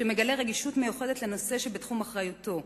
שמגלה רגישות מיוחדת לנושא שבתחום אחריותו.